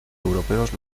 europeos